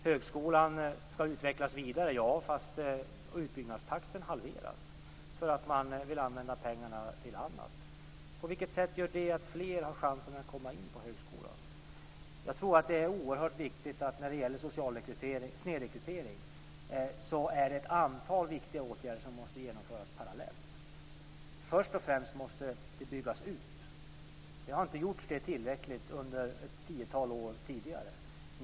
Högskolan ska utvecklas vidare. Ja, men utbyggnadstakten halveras därför att man vill använda pengarna till annat. På vilket sätt får därmed fler chansen att komma in på högskolan? Jag tror att det när det gäller social snedrekrytering finns ett antal viktiga åtgärder som måste genomföras parallellt. För det första måste det ske en utbyggnad. Det har inte byggts ut tillräckligt under ett tiotal år tidigare.